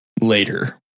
later